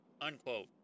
Unquote